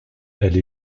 elle